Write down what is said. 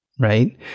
Right